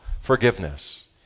forgiveness